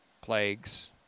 plagues